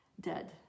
dead